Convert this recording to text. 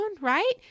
right